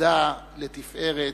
עדה לתפארת.